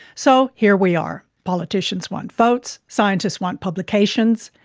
so, here we are. politicians want votes. scientists want publications.